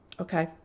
okay